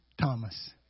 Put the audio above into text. Thomas